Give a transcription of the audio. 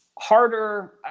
harder